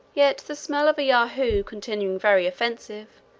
yet, the smell of a yahoo continuing very offensive,